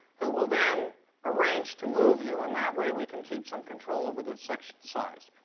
who will then arrange to move you. and that way we can keep some control over the section size.